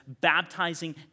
baptizing